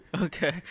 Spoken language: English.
Okay